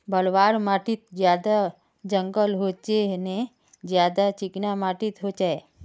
बलवाह माटित ज्यादा जंगल होचे ने ज्यादा चिकना माटित होचए?